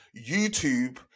YouTube